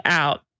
out